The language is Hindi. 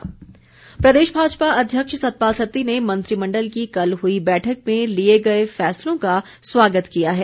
स्वागत प्रदेश भाजपा अध्यक्ष सतपाल सत्ती ने मंत्रिमण्डल की कल हुई बैठक में लिए गए फैसलों का स्वागत किया है